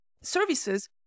services